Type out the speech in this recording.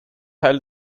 ein